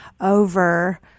over